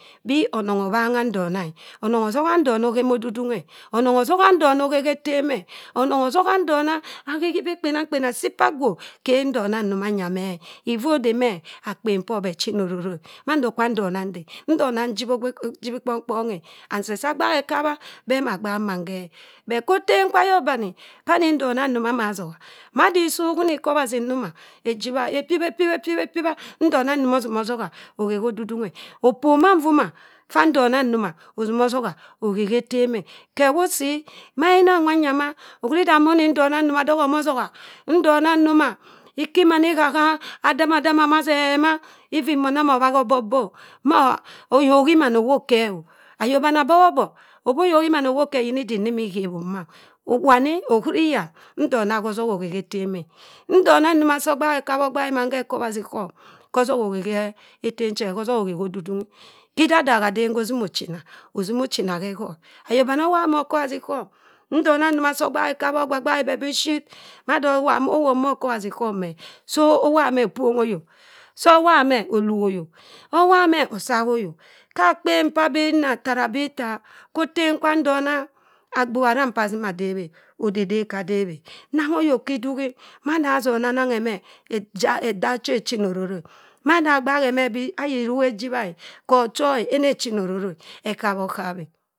Bii onong obhangha ndona oh. onong atoha ndona. akhe ma adudunghe. Onong soha ntonna okhe gha etem eh. Onong osoha ntona aghe khi ibi kpenamkpen. Asii pa gwo khe ndona njo manyaa meh. Iffa ede meh akpen por beh china ororo eh. mando kwa ndona ade. Ndona ejibhi kpong kponghe. And seh sa agbehekabha ana gbak mannghe. Bet khotem kwa ayok bani. Da anni ndona so ama soha, madi so ohuna ikobhasi ndona. Epyibha, epyibha epyibha. Ndona njoma osim osohaeokhe ha odudu-nghe. Opoma nwoma kwa ndona njoma osim osohae okhe ha etem eh khe wo asii mayina nwanya ma ohuri da mo di nndona soma mode onosoba. Ndona nsoma iki mani ikha ha dama dama ma sẹh ma even mann obhahi obop bi oh ayok iman. Owop khe yina idik nda ini ghebhum ma. Wani. ohuri yan? Ohuri beh ndona hotok akhe wa etem. Nndona nnoma sa agbaghekabha ogbaghi mann kha okọwasi sọm oka osoha okhe ha etem che. hosoha okhe ha edudunghi. Ha idadaha den hosim ochina osimo ochina ha ekhorr. Ayok bani owobha ma okobhasi sọhm ndona nnoma sa oghahi ekabha ogb- gbahi weh biship mado owop meh, so owobha eh opongha ayok, so owobha meh ohigha ayok so owobha meh asaha ayok. Ha akpen p'abaa inna tara aba ittaa kho otem kwa nndona, agbugha arang p'asim adebhe. Odi- dep kha debhe. Nangho ayok khidughi. Mada asoni ananghe meh, eda cha echina ororo eh. Mada agbanghe meh bii ayi rukhejibhare. Ho oho enechina ororo eghabh-oghap eh